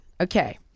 Okay